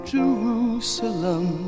Jerusalem